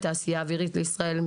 "התעשייה האווירית לישראל",